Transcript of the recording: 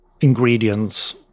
ingredients